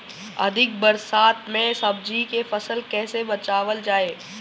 अधिक बरसात में सब्जी के फसल कैसे बचावल जाय?